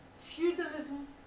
feudalism